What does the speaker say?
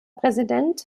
präsident